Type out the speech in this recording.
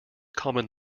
common